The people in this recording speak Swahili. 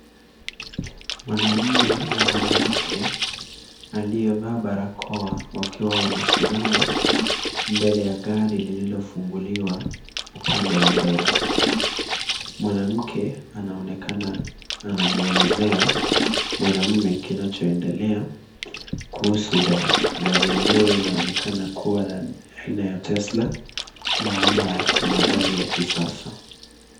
Mwanaume na mwanamke aliyevaa barakoa wamesimama mbele ya gari lililofunguliwa upande wa mbele. Mwanamke anaonekana akimuelezea mwanamume kinachoendelea kuhusu gari hilo. Gari lenyewe linaonekana kuwa aina ya Tesla na linaonyesha kuwa ni gari la kisasa.